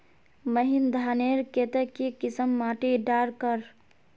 महीन धानेर केते की किसम माटी डार कर?